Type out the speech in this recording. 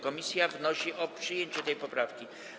Komisja wnosi o przyjęcie tej poprawki.